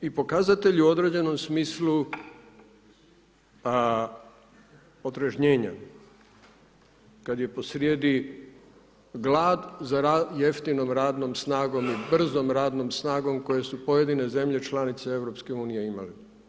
I pokazatelji u određenom smislu a otrežnjenja kada je po srijedi glad za jeftinom radnom snagom i brzom radnom snagom koje su pojedine zemlje članice EU imale.